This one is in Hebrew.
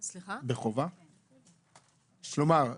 כלומר,